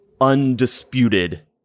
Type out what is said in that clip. undisputed